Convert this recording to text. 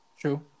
True